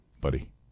buddy